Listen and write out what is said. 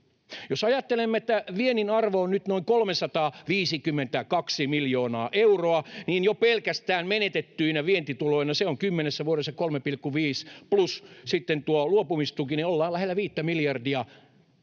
Jos ajattelemme, että viennin arvo on nyt noin 352 miljoonaa euroa, ja kun jo pelkästään menetettyinä vientituloina se on 10 vuodessa 3,5 plus sitten tuo luopumistuki, niin ollaan lähellä viittä miljardia.